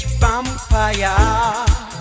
vampire